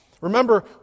remember